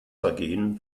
vergehen